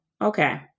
okay